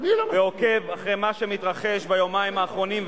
ועוקב אחרי מה שמתרחש ביומיים האחרונים,